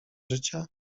życia